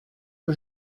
que